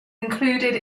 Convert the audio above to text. included